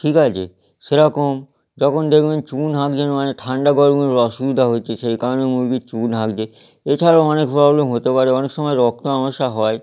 ঠিক আছে সেরকম যখন দেখবেন চুন হাগছে মানে ঠাণ্ডা গরমের অসুবিধা হচ্ছে সেই কারণে মুরগি চুন হাগছে এছাড়াও অনেক প্রব্লেম হতে পারে অনেক সময় রক্ত আমাশা হয়